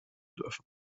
dürfen